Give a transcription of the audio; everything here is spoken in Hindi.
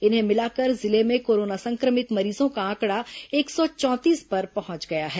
इन्हें मिलाकर जिले में कोरोना संक्रमित मरीजों का आंकड़ा एक सौ चौंतीस पर पहुंच गया है